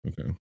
Okay